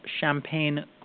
Champagne